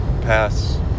pass